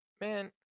Man